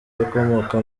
ukomoka